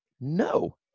no